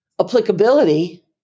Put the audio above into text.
applicability